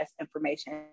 information